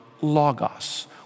logos